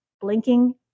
blinking